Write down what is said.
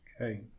Okay